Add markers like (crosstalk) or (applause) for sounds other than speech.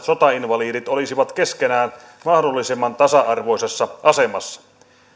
(unintelligible) sotainvalidit olisivat keskenään mahdollisimman tasa arvoisessa asemassa